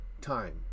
time